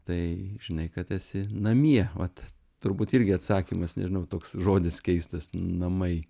tai žinai kad esi namie vat turbūt irgi atsakymas nežinau toks žodis keistas namai